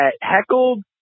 heckled